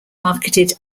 marketed